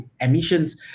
emissions